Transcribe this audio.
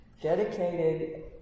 dedicated